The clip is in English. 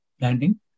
landing